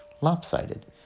lopsided